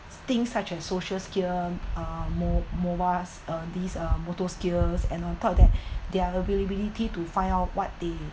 things such as social skill uh mo~ mobile uh these uh motor skills and on top of that their availability to find out what they